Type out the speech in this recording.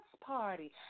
party